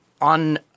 on